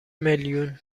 میلیون